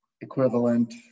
equivalent